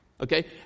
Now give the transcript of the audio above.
Okay